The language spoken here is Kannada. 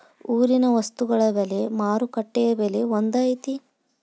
ಊರಿನ ವಸ್ತುಗಳ ಬೆಲೆ ಮಾರುಕಟ್ಟೆ ಬೆಲೆ ಒಂದ್ ಐತಿ?